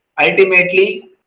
ultimately